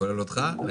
כולל אותך?